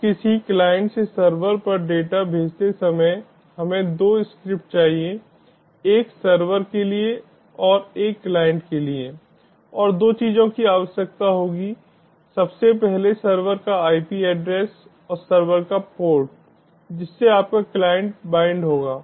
अब किसी क्लाइंट से सर्वर पर डेटा भेजते समय हमें 2 स्क्रिप्ट चाहिए एक सर्वर के लिए और एक क्लाइंट के लिए और 2 चीजों की आवश्यकता होगी सबसे पहले सर्वर का IP एड्रेस और सर्वर का पोर्ट जिससे आपका क्लाइंटclient बाइंड होगा